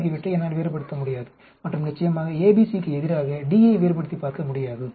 ஆகியவற்றை என்னால் வேறுபடுத்த முடியாது மற்றும் நிச்சயமாக A B C க்கு எதிராக D ஐ வேறுபடுத்திப் பார்க்க முடியாது